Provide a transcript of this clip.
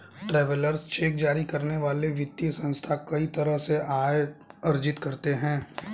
travellers cheque जारी करने वाले वित्तीय संस्थान कई तरह से आय अर्जित करते हैं